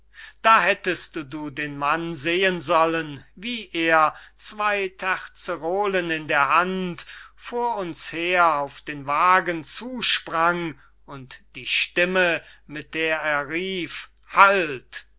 da hättest du den mann sehen sollen wie er zwey terzerolen in der hand vor uns her auf den wagen zusprang und die stimme mit der er rief halt